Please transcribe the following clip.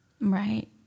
Right